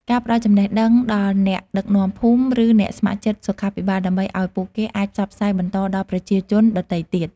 ការផ្ដល់ចំណេះដឹងដល់អ្នកដឹកនាំភូមិ ឬអ្នកស្ម័គ្រចិត្តសុខាភិបាល ដើម្បីឱ្យពួកគេអាចផ្សព្វផ្សាយបន្តដល់ប្រជាជនដទៃទៀត។